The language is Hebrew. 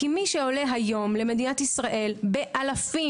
כי מי שעולה היום למדינת ישראל באלפים,